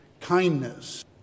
kindness